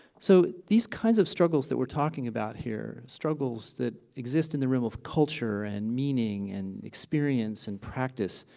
so these kinds of struggles that we're talking about here, struggles that exist in the realm of culture and meaning and experience and practice,